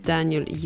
Daniel